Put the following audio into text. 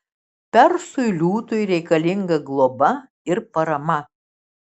persui liūtui reikalinga globa ir parama